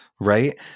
right